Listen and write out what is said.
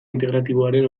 integratiboaren